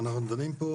אנחנו דנים פה